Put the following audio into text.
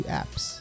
apps